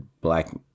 black